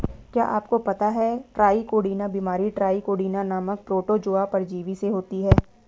क्या आपको पता है ट्राइकोडीना बीमारी ट्राइकोडीना नामक प्रोटोजोआ परजीवी से होती है?